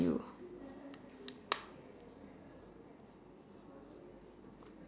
you